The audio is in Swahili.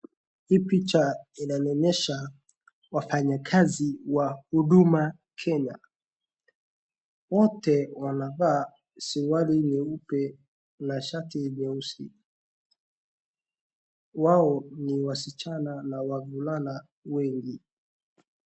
wafanyikazi wa huduma Kenya, wote wamevaa suruali nyeupe, na shati nyeusi. Wao ni wasichana na wavulana wengi.